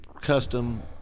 custom